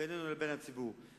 בינינו לבין הציבור.